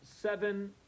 seven